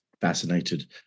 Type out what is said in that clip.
fascinated